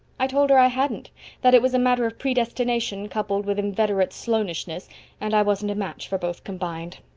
i told her i hadn't that it was a matter of predestination coupled with inveterate sloanishness and i wasn't a match for both combined.